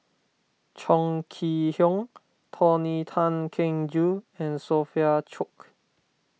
Chong Kee Hiong Tony Tan Keng Joo and Sophia Cooke